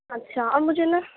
اچھا اور مجھے نا